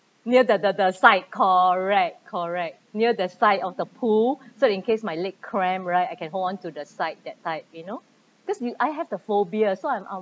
near the the the side correct correct near the side of the pool so in case my leg cramp right I can hold on to the side that type you know cause you I have the phobia so I'm